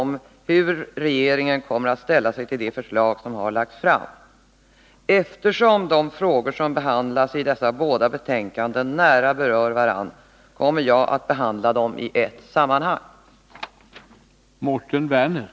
När avser statsrådet att förelägga riksdagen förslag som syftar till precisering av betydelsen av patients skriftliga bekräftelse av viljan att avstå från livsuppehållande medicinsk behandling i vissa svåra sjukdomslägen?